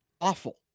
awful